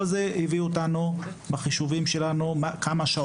כל זה הביא אותנו בחישובים שלנו בחישוב של כמה שעות